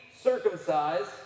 circumcised